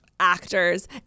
actors